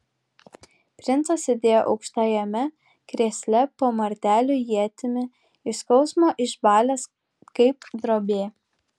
princas sėdėjo aukštajame krėsle po martelių ietimi iš skausmo išbalęs kaip drobė